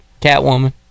catwoman